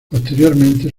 posteriormente